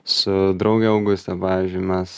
su drauge auguste pavyzdžiui mes